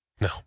No